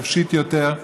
חופשית יותר,